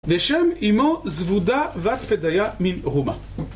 ושם אמו זבודה בת פדיה מן רומה